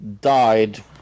died